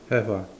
have ah